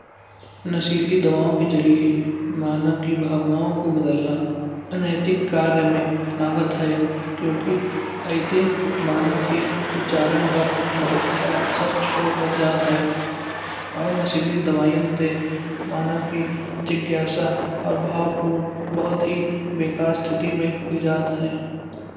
नशीली दवाओं के जरिये मानव की भावनाओं को बदलना अनैतिक कार्य में आवत है। क्योंकि आयेते मानव के विचारन पर बहुत गहरा असर छोड़ जात है। और नशीली दवाईयाँ ते मानव की जिज्ञासा और भावपूर्ण बहुत ही बेकार स्थिति में हुई जात है।